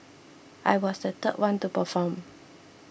I was the third one to perform